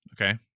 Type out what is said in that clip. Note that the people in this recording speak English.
Okay